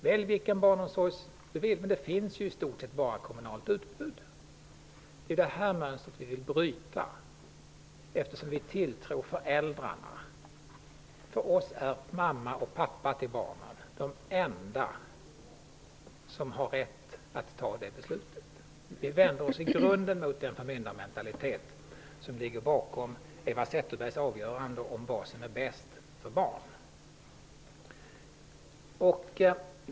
Välj vilken barnomsorg ni vill, men det finns i stort sett bara ett kommunalt utbud. Det är det mönstret vi vill byta. För oss är mamma och pappa till barnen de enda som har rätt att fatta beslutet. Vi vänder oss i grunden mot den förmyndarmentalitet som ligger bakom Eva Zetterbergs uttalande om vad som är bäst för barn.